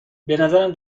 بنظرم